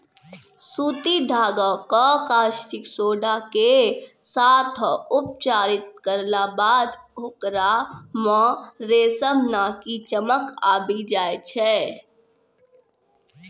सूती धागा कॅ कास्टिक सोडा के साथॅ उपचारित करला बाद होकरा मॅ रेशम नाकी चमक आबी जाय छै